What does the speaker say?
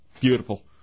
beautiful